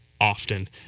often